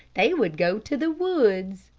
they would go to the woods.